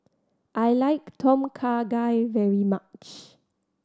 I like Tom Kha Gai very much